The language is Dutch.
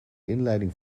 inleiding